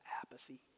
apathy